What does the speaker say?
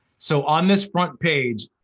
so on this front page,